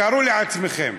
תארו לעצמכם,